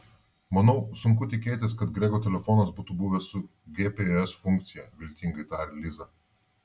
manau sunku tikėtis kad grego telefonas būtų buvęs su gps funkcija viltingai tarė liza